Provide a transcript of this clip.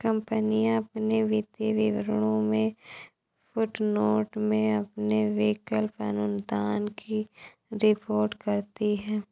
कंपनियां अपने वित्तीय विवरणों में फुटनोट में अपने विकल्प अनुदान की रिपोर्ट करती हैं